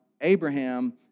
Abraham